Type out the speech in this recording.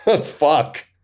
Fuck